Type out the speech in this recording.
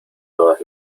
todas